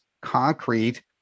concrete